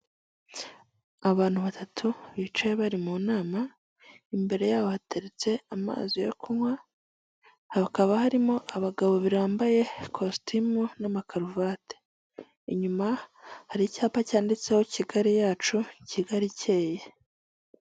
Abantu batatu bicaye bari mu nama, imbere yabo hateretse amazi yo kunywa hakaba harimo abagabo babiri bambaye amakositimu n'amakaruvati. Inyuma hari icyapa cyanditseho Kigali yacu Kigali ikeye.